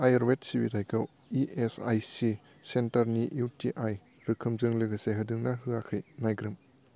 आयुर्वेद सिबिथायखौ इएसआइसि सेन्टारनि इउटिआइ रोखोमजों लोगोसे होदों ना होयाखै नायग्रोम